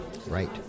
Right